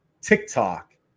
TikTok